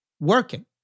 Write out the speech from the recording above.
working